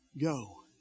Go